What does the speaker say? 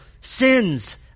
sins